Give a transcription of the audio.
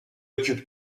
occupe